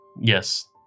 Yes